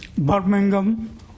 Birmingham